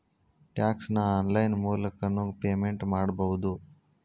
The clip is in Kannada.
ಟ್ಯಾಕ್ಸ್ ನ ಆನ್ಲೈನ್ ಮೂಲಕನೂ ಪೇಮೆಂಟ್ ಮಾಡಬೌದು